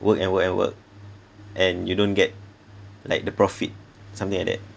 work and work and work and you don't get like the profit something like that